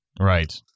Right